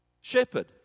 shepherd